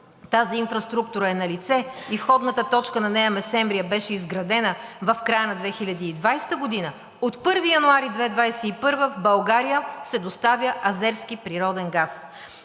тази инфраструктура е налице и входната точка на Нея Месемврия беше изградена в края на 2020 г., от 1 януари 2021 г. в България се доставя азерски природен газ.